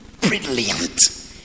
brilliant